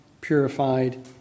purified